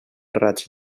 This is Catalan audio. raig